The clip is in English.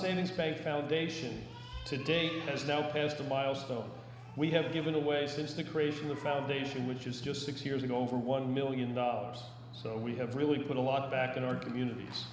savings bank foundation today has now passed a milestone we have given away since the creation the foundation which is just six years ago over one million dollars so we have really put a lot back in our communities